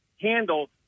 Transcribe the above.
handle